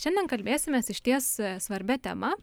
šiandien kalbėsimės išties svarbia tema